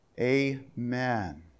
Amen